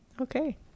okay